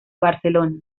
barcelona